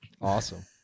Awesome